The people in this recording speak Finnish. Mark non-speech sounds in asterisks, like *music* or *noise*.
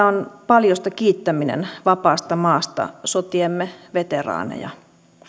*unintelligible* on paljosta kiittäminen vapaasta maasta sotiemme veteraaneja